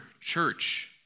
church